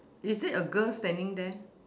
is it a girl standing there